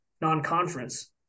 non-conference